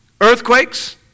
Earthquakes